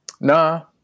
Nah